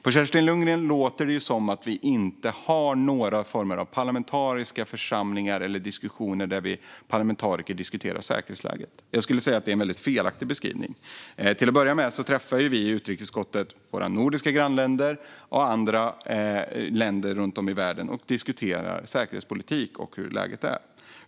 På Kerstin Lundgren låter det som att vi inte har några former av parlamentariska församlingar eller diskussioner där vi parlamentariker diskuterar säkerhetsläget. Jag skulle säga att det är en väldigt felaktig beskrivning. Till att börja med träffar vi i utrikesutskottet våra nordiska grannländer och andra länder runt om i världen och diskuterar säkerhetspolitik och hur läget är.